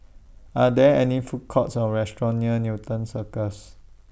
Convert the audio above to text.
Are There any Food Courts Or restaurants near Newton Cirus